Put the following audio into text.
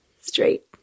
straight